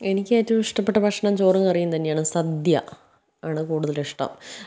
എനിക്കേറ്റവും ഇഷ്ടപ്പെട്ട ഭക്ഷണം ചോറും കറിയും തന്നെയാണ് സദ്യ ആണ് കൂടുതലിഷ്ടം